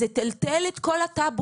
זה טלטל את כל הטאבואים.